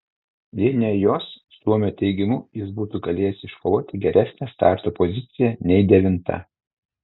jei ne jos suomio teigimu jis būtų galėjęs iškovoti geresnę starto poziciją nei devinta